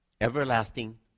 Everlasting